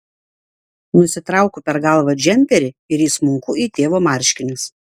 nusitraukiu per galvą džemperį ir įsmunku į tėvo marškinius